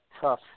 tough